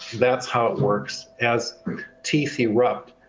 that's how it works as teeth erupt.